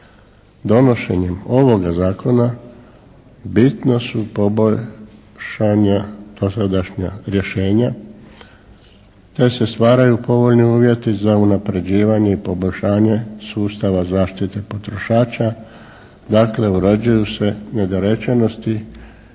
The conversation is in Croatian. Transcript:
Donošenjem ovoga zakona bitno su poboljšana dosadašnja rješenja te se stvaraju povoljni uvjeti za unapređivanje i poboljšanje sustava zaštite potrošača. Dakle uređuju se nedorečenosti